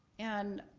and,